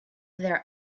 their